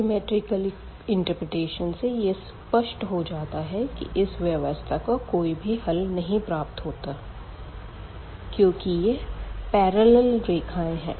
geometrical interpretation से यह स्पष्ट भी हो जाता है की इस व्यवस्था का कोई भी हल नहीं प्राप्त होता क्यूँकि यह पेरलल रेखाएँ है